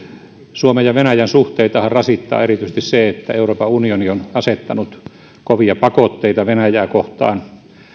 suomen ja venäjän suhteitahan rasittaa erityisesti se että euroopan unioni on asettanut kovia pakotteita venäjää kohtaan